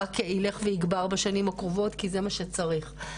רק ילך ויגבר בשנים הקרובות, כי זה מה שצריך.